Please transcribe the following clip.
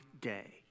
day